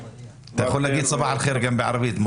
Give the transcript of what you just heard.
אתה יכול להגיד סבאח אל ח'יר גם בערבית.